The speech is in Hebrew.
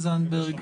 זנדברג,